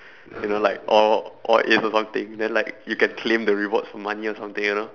you know like all all As or something then like you can claim the rewards for money or something you know